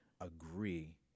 agree